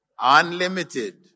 Unlimited